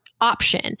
option